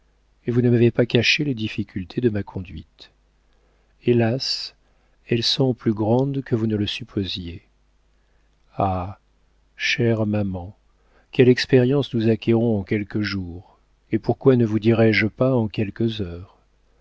et vous ne m'avez pas caché les difficultés de ma conduite hélas elles sont plus grandes que vous ne le supposiez ah chère maman quelle expérience nous acquérons en quelques jours et pourquoi ne vous dirai-je pas en quelques heures